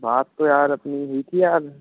बात तो यार अपनी हुई थी यार